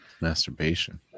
masturbation